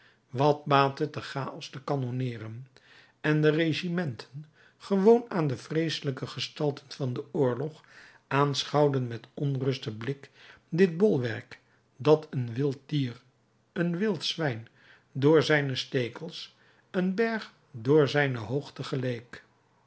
wat baat het den chaos te kanonneeren en de regimenten gewoon aan de vreeselijkste gestalten van den oorlog aanschouwden met ontrusten blik dit bolwerk dat een wild dier een wild zwijn door zijn stekels een berg door zijn hoogte geleek